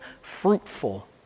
fruitful